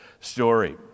story